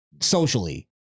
Socially